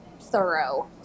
thorough